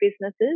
businesses